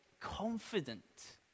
confident